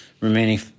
remaining